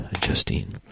Justine